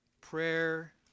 prayer